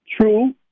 True